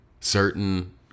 certain